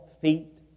feet